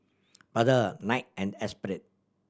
Brother Nike and Esprit